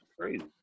crazy